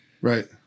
Right